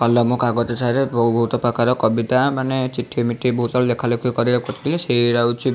କଲମ କାଗଜ ସାହାଯ୍ୟରେ ବହୁତ ପ୍ରକାର କବିତା ମାନେ ଚିଠି ମିଠି ବହୁତ ସାରା ଲେଖା ଲେଖି ସେଇରା ହେଉଛି